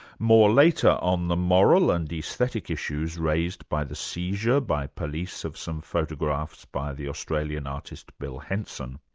more later on the moral and the aesthetic issues raised by the seizure by police of some photographs by the australian artist, bill henson.